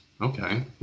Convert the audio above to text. Okay